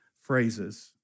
phrases